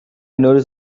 noticed